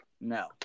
No